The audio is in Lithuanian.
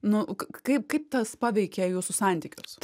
nu kaip kaip tas paveikė jūsų santykius